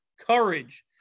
courage